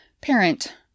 parent